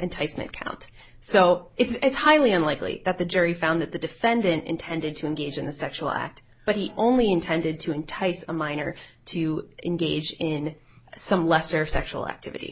enticement count so it's highly unlikely that the jury found that the defendant intended to engage in a sexual act but he only intended to entice a minor to engage in some lesser sexual activity